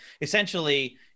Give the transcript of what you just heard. essentially